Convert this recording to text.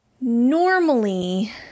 normally